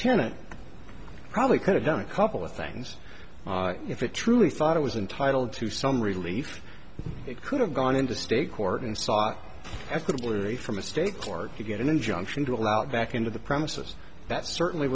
tenant probably could have done a couple of things if it truly thought it was entitle to some relief it could have gone into state court and sought equitable array from a state court to get an injunction to allowed back into the premises that certainly